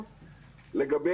נושא